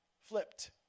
flipped